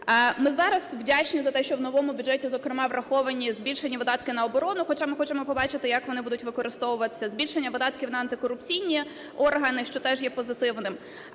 Ми зараз вдячні за те, що в новому бюджеті, зокрема, враховані збільшені видатки на оборону. Хоча ми хочемо побачити, як вони будуть використовуватися. Збільшення видатків на антикорупційні органи, що теж є позитивним.